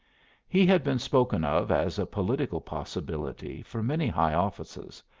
he had been spoken of as a political possibility for many high offices,